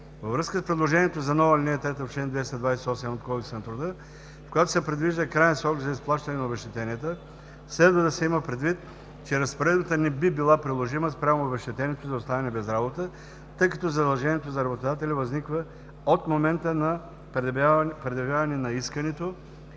Във връзка с предложението за нова ал. 3 в чл. 228 от Кодекса на труда, в която се предвижда краен срок за изплащане на обезщетенията, следва да се има предвид, че разпоредбата не би била приложима спрямо обезщетението за оставане без работа, тъй като задължението за работодателя възниква от момента на предявяване на искането